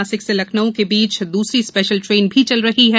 नासिक से लखनऊ के बीच दूसरी स्पेशल ट्रेन भी चल रही है